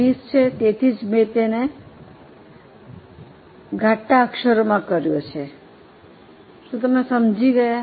30 છે તેથી જ મેં તેને ઘાટા કર્યો છે શું તમે સમજી ગયા